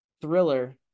thriller